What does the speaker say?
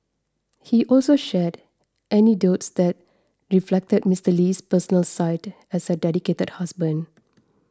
he also shared anecdotes that reflected Mister Lee's personal side as a dedicated husband